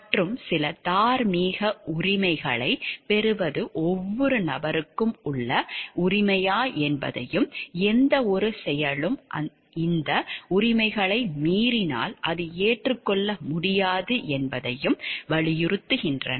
மற்றும் சில தார்மீக உரிமைகளைப் பெறுவது ஒவ்வொரு நபருக்கும் உள்ள உரிமையா என்பதையும் எந்தவொரு செயலும் இந்த உரிமைகளை மீறினால் அது ஏற்றுக்கொள்ள முடியாது என்பதையும் வலியுறுத்துகின்றன